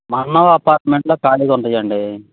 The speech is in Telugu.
మన్నం అపార్ట్మెంట్లో ఖాళీ గుందియ్యండి